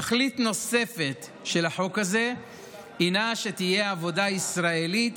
תכלית נוספת של החוק הזה היא שתהיה עבודה ישראלית